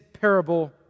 parable